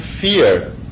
fear